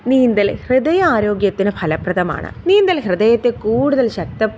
നീന്തൽ ഹൃദയാരോഗ്യത്തിന് ഫലപ്രദമാണ് നീന്തൽ ഹൃദയത്തെ കൂടുതൽ ശക്ത